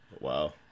Wow